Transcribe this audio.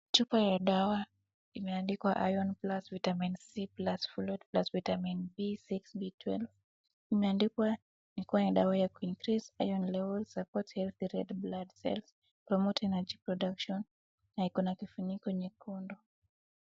Chupa ya dawa imeandikwa iron plus vitamin C plus folate plus vitamin B, B12 . Imeandikwa ni kuwa ni dawa ya ku increase iron levels, support healthy red blood cells, promote energy production na iko na kifuniko nyekundu.